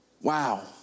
Wow